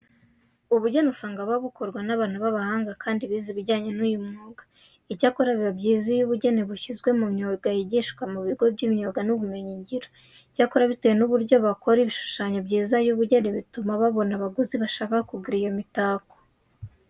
Ubugeni usanga buba bukorwa n'abantu b'abahanga kandi bize ibijyanye n'uyu mwuga. Icyakora biba byiza iyo ubugeni bushyizwe mu myuga yigishwa mu bigo by'imyuga n'ubumenyingiro. Icyakora bitewe n'uburyo bakora ibishushanyo byiza by'ubugeni bituma babona abaguzi bashaka kugura iyo mitako.